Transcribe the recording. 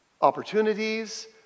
Opportunities